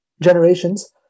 generations